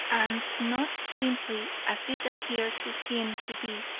and not simply as it appeared to him to be,